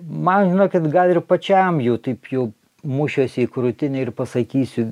man žinokit gal ir pačiam jau taip jau mušiuosi į krūtinę ir pasakysiu